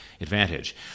advantage